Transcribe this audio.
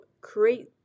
create